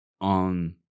on